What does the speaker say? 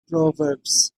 proverbs